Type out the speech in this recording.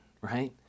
right